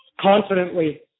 confidently